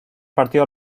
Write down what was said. partido